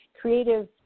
creative